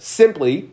simply